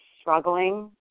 struggling